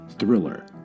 thriller